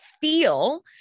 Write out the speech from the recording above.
feel